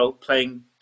playing